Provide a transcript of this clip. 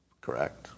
Correct